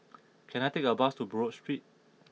can I take a bus to Buroh Street